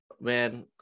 man